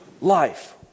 life